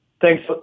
thanks